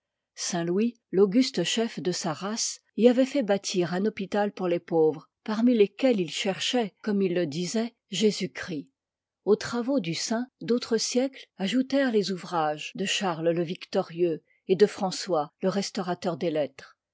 louis l'auguste chef de sa race y avoit fait bâtir un hôpital pour les pauvres parmi lesquels il cherchait comme il le disoit jésus-christ aux travaux du saint d'autres siècles ajoutèrent les ouvrages de charles le victorieux et de françois le restaurateur des lettres